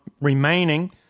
remaining